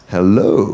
Hello